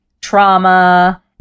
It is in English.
trauma